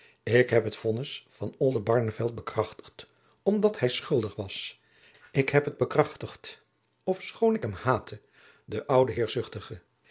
ik heb het vonnis van oldenbarneveld bekrachtigd omdat hij schuldig was ik heb het bekrachtigd ofschoon ik hem haatte den ouden